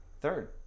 third